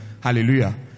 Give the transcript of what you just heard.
Hallelujah